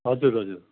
हजुर हजुर